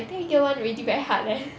!wah! I think year one already very hard leh